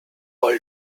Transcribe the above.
all